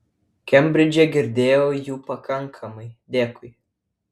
kembridže girdėjau jų pakankamai dėkui